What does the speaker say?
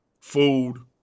food